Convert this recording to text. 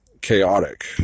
chaotic